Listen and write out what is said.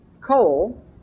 coal